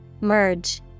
Merge